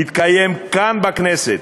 יתקיים כאן, בכנסת,